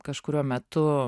kažkuriuo metu